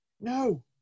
No